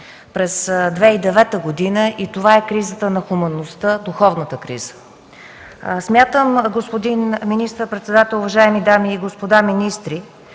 през 2009 г., и това е кризата на хуманността, духовната криза. Смятам, господин министър-председател, уважаеми дами и господа министри,